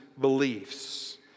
beliefs